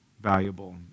valuable